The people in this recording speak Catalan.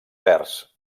verds